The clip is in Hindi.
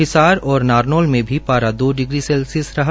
हिसार और नारनौल में भी पारा दो डिग्री सेल्सियस रहा